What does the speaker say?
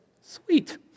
Sweet